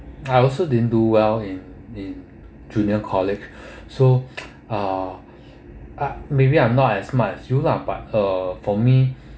I also didn't do well in in junior college so uh maybe I'm not as smart as you lah but uh for me